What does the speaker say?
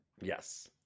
yes